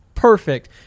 perfect